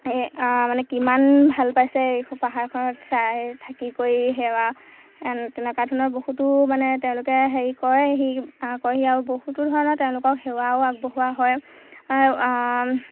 মানে কিমান ভাল পাইছে এইখন পাহাৰখনত চাই থাকি কৰি সেৱা তেনেকুৱা ধৰণৰ বহুতো মানে তেওঁলোকে হেৰি কৰেহি কৰেহি আৰু বহুতো ধৰণৰ তেওঁলোকক সেৱাও আগবঢ়োৱা হয়